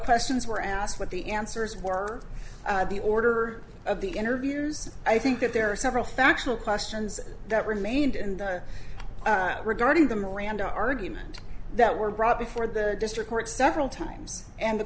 questions were asked what the answers were or the order of the interviews i think that there are several factual questions that remained and regarding the miranda argument that were brought before the district court several times and the